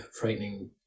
frightening